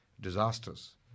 disasters